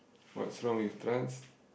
what's wrong with trance